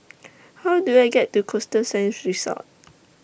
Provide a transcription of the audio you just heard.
How Do I get to Costa Sands Resort